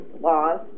laws